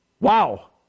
Wow